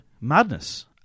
Madness